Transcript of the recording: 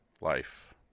life